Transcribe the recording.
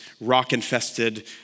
rock-infested